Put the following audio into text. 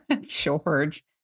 George